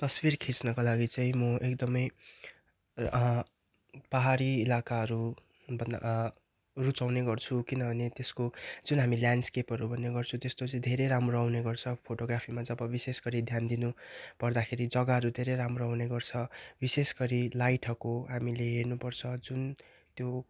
तस्विर खिच्नका लागि चाहिँ म एकदमै पाहाडी इलाकाहरू रुचाउने गर्छु किनभने त्यसको जुन हामी ल्यानस्केपहरू भन्ने गर्छु त्यस्तो चाहिँ धेरै राम्रो आउने गर्छ फोटोग्राफीमा जब विशेष गरी ध्यान दिनु पर्दाखेरि जग्गाहरू धेरै राम्रो हुने गर्छ विशेष गरी लाइटहरूको हामीले हेर्नु पर्छ जुन त्यो